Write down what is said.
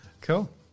Cool